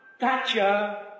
Gotcha